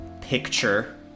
picture